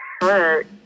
hurt